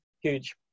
huge